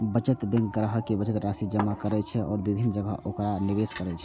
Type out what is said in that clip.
बचत बैंक ग्राहक के बचत राशि जमा करै छै आ विभिन्न जगह ओकरा निवेश करै छै